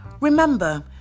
Remember